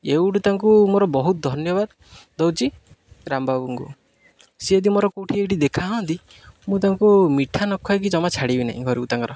ଏଇଠୁ ତାଙ୍କୁ ମୋର ବହୁତ ଧନ୍ୟବାଦ ଦେଉଛି ରାମବାବୁଙ୍କୁ ସେ ଯଦି ମୋର କେଉଁଠି ଏଇଠି ଦେଖା ହୁଅନ୍ତି ମୁଁ ତାଙ୍କୁ ମିଠା ନଖୁଆଇକି ଜମା ଛାଡ଼ିବି ନାହିଁ ଘରକୁ ତାଙ୍କର